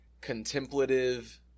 contemplative